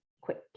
quick